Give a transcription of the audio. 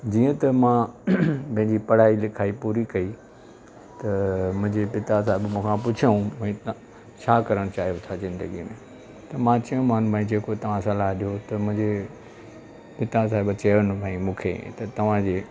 जीअं त मां पंहिंजी पढ़ाई लिखाई पूरी कई त मुंहिंजे पिता साहिब मूंखां पुछऊं भाइ तव्हां छा करणु चाहियो था ज़िंदगीअ में त मां चयोमानि भाई जेको तव्हां सलाह ॾियो त मुंहिंजे पिता साहिब चयो त न भाई मूंखे त तव्हां जे